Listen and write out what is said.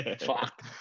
Fuck